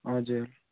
हजुर